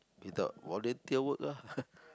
without volunteer work ah